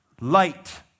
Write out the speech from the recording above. Light